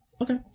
Okay